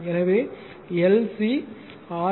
எனவே L C R